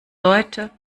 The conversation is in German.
leute